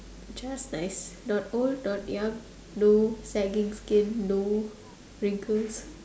just nice not old young no saggy skin no wrinkles